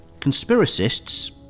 Conspiracists